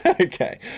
okay